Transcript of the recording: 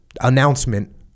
announcement